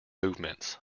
movements